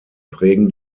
prägen